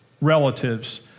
relatives